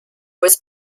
was